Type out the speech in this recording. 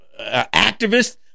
activists